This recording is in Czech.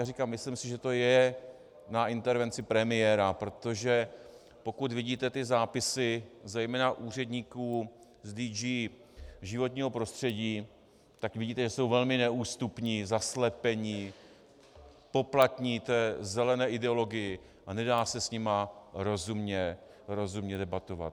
Jak říkám, myslím si, že to je na intervenci premiéra, protože pokud vidíte ty zápisy zejména úředníků z DG životního prostředí, tak vidíte, že jsou velmi neústupní, zaslepení, poplatní té zelené ideologii a nedá se s nimi rozumně debatovat.